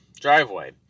driveway